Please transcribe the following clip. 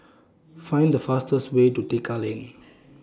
Find The fastest Way to Tekka Lane